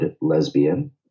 lesbian